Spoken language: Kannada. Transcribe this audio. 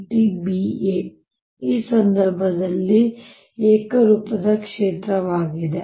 A ಈ ಸಂದರ್ಭದಲ್ಲಿ ಇದು ಏಕರೂಪದ ಕ್ಷೇತ್ರವಾಗಿದೆ